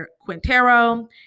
Quintero